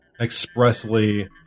expressly